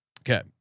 Okay